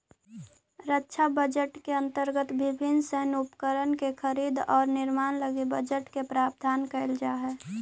रक्षा बजट के अंतर्गत विभिन्न सैन्य उपकरण के खरीद औउर निर्माण लगी बजट के प्रावधान कईल जाऽ हई